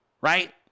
right